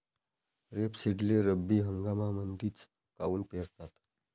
रेपसीडले रब्बी हंगामामंदीच काऊन पेरतात?